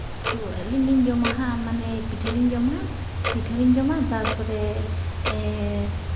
ᱛᱚ ᱟᱹᱞᱤᱧ ᱞᱤᱧ ᱡᱚᱢᱟ ᱦᱟᱸᱜ ᱢᱟᱱᱮ ᱯᱤᱴᱷᱟᱹ ᱞᱤᱧ ᱡᱚᱢᱟ ᱯᱤᱴᱷᱟᱹ ᱞᱤᱧ ᱡᱚᱢᱟ ᱛᱟᱨᱯᱚᱨᱮ